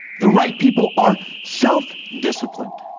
the right people are self disciplined.